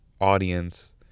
audience